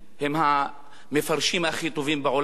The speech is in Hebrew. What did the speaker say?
הם המפרשים הכי טובים בעולם,